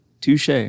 touche